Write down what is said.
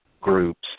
groups